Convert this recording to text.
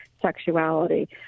sexuality